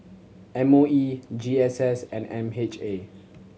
M O E G S S and M H A